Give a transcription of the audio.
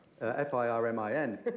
F-I-R-M-I-N